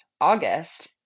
August